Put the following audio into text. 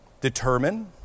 determine